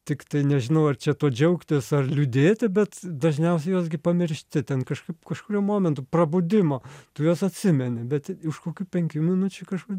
tiktai nežinau ar čia tuo džiaugtis ar liūdėti bet dažniausiai juos gi pamiršti ten kažkaip kažkuriuo momentu prabudimo tu juos atsimeni bet iš kokių penkių minučių kažkur